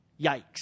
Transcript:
yikes